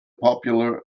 popular